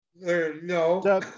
No